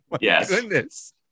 Yes